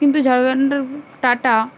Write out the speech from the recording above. কিন্তু ঝাড়খন্ডের টাটা